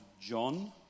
John